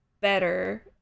better